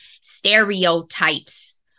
stereotypes